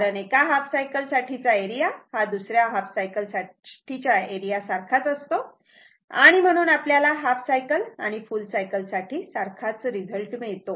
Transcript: कारण एका half cycle साठीचा एरिया हा दुसऱ्या दुसऱ्या हाफ सायकलसाठी च्या एरिया सारखाच असतो आणि म्हणून आपल्याला हाफ सायकल आणि फुल सायकल साठी सारखाच रिझल्ट मिळतो